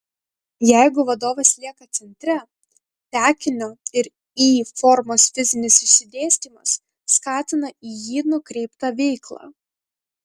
jeigu vadovas lieka centre tekinio ir y formos fizinis išsidėstymas skatina į jį nukreiptą veiklą